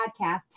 podcast